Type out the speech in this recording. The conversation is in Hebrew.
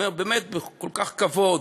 אני אומר: באמת, בכל כך כבוד.